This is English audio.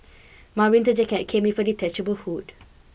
my winter jacket came with a detachable hood